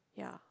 yeah